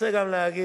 אני רוצה גם להודות